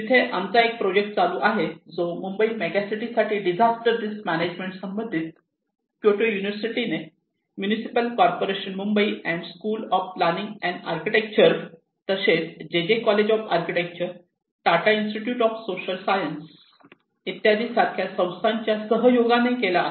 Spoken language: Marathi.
तिथे आमचा एक प्रोजेक्ट चालू आहे जो मुंबई मेगासिटी साठी डिझास्टर रिस्क मॅनेजमेंट संबंधित क्योटो युनिव्हर्सिटी ने municipal corporation Mumbai and school of planning and architecture तसेच J J college of architecture Tata institute social science इत्यादी सारख्या संस्थांच्या सहयोगाने केला आहे